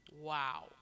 Wow